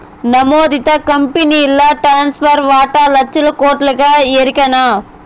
నమోదిత కంపెనీల్ల టాటాసన్స్ వాటా లచ్చల కోట్లుగా ఎరికనా